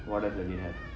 whatever they have